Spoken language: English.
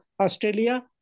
Australia